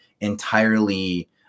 entirely